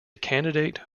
candidate